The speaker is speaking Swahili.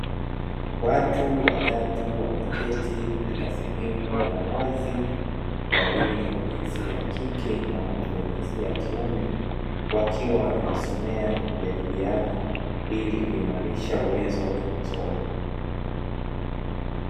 Watu watatu wameketi katika sehemu ya wazi; wawili wa jinsia ya kike na mmoja wa jinsia ya kiume, wakiwa wanajisomea na kujadiliana ili kurimaisha uwezo wa kimasomo.